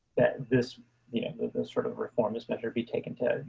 that this yeah that this sort of reform has better be taken to, you